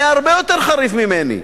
הוא היה הרבה יותר חריף ממני,